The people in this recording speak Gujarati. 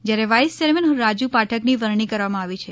જ્યારે વાઈસ ચેરમેન રાજુ પાઠકની વરણી કરવામાં આવી છે